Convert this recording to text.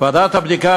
ועדת הבדיקה,